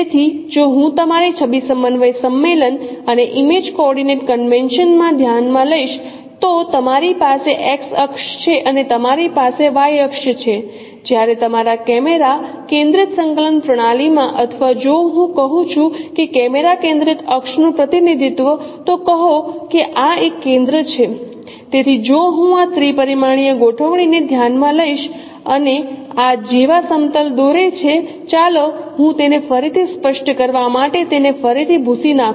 તેથી જો હું તમારી છબી સમન્વય સંમેલન અને ઇમેજ કોઓર્ડિનેટ કન્વેશન માં ધ્યાનમાં લઈશ તો તમારી પાસે X અક્ષ છે અને તમારી પાસે Y અક્ષ છે જ્યારે તમારા કેમેરા કેન્દ્રિત સંકલન પ્રણાલીમાં અથવા જો હું કહું છું કે કેમેરા કેન્દ્રિત અક્ષનું પ્રતિનિધિત્વ તો કહો કે આ એક કેન્દ્ર છે તેથી જો હું આ ત્રિ પરિમાણીય ગોઠવણીને ધ્યાનમાં લઈશ અને આ જેવા સમતલ દોરે છે ચાલો હું તેને ફરીથી સ્પષ્ટ કરવા માટે તેને ફરીથી ભૂંસી નાખુ